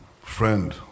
friend